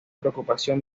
preocupación